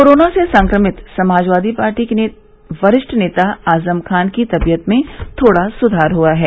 corona से संक्रमित Samajwadi party के वरिष्ठ नेता आजम खान की तबियत में थोड़ा सुधार हुआ है